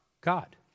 God